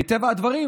מטבע הדברים,